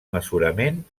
mesurament